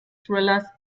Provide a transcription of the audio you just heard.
thrillers